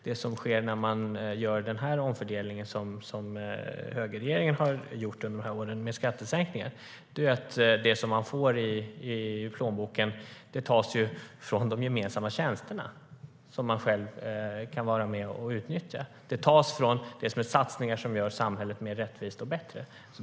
Det som sker när man gör den omfördelning som högerregeringen har gjort under åren med skattesänkningar är att det som man får i plånboken tas från de gemensamma tjänsterna, som man själv kan vara med och utnyttja. Det tas från satsningar som gör samhället mer rättvist och bättre.